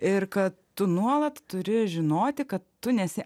ir kad tu nuolat turi žinoti kad tu nesi